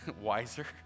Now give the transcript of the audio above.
wiser